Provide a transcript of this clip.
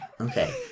Okay